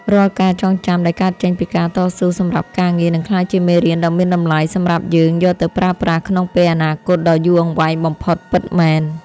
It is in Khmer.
រាល់ការចងចាំដែលកើតចេញពីការតស៊ូសម្រាប់ការងារនឹងក្លាយជាមេរៀនដ៏មានតម្លៃសម្រាប់យើងយកទៅប្រើប្រាស់ក្នុងពេលអនាគតដ៏យូរអង្វែងបំផុតពិតមែន។